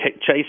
Chase